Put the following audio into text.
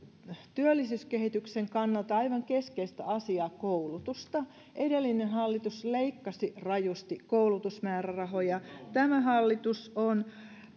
työllisyyskehityksen kannalta aivan keskeistä asiaa koulutusta edellinen hallitus leikkasi rajusti koulutusmäärärahoja tämä hallitus on